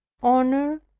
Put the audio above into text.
honor,